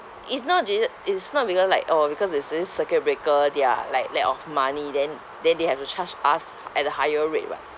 is not the~ ju~ is not because like orh because there's this circuit breaker they are like lack of money then then they have to charge us at a higher rate [what]